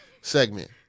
segment